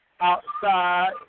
Outside